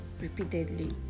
repeatedly